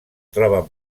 troben